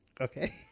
Okay